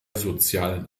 sozialen